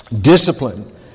discipline